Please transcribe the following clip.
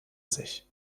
sich